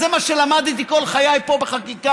זה מה שלמדתי כל חיי פה בחקיקה,